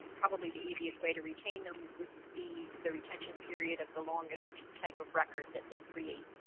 probably the easiest way to retain them would be the retention period of the longest type of records that they create